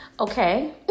okay